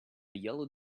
yellow